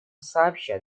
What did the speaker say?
сообща